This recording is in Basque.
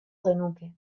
genuke